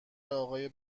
آقای